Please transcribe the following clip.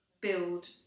build